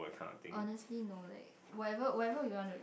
honestly no leh whatever whatever we want to